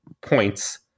points